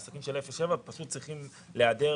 בעסקים אפס עד שבעה פשוט צריכים להיעדר